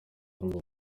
urumva